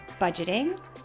budgeting